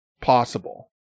possible